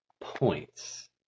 points